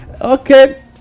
Okay